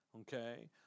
Okay